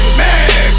man